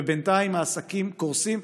ובינתיים העסקים קורסים.